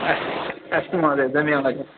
अस्तु अस्तु महोदय धन्यवादः